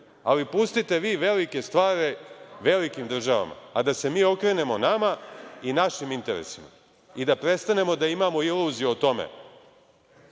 Ali pustite vi velike stvari velikim državama, a da se mi okrenemo nama i našim interesima i da prestanemo da imamo iluziju o tome